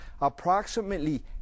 approximately